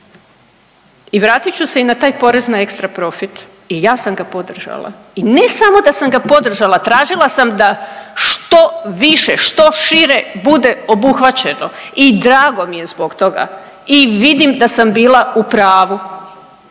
I vratit ću se i na taj porez na ekstra profit. I ja sam ga podržala. I ne samo da sam ga podržala, tražila sam da što više što šire bude obuhvaćeno i drago mi je zbog toga i vidim da sam bila u pravu.